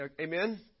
Amen